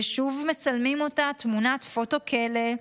ושוב מצלמים אותה תמונת פוטו-כלא,